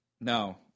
no